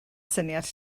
syniad